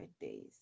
days